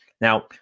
Now